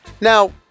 Now